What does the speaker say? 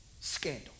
Scandal